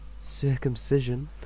circumcision